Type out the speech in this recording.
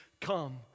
come